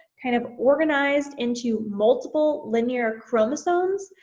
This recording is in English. kind of organized into multiple linear chromosomes.